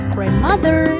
Grandmother